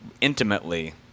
intimately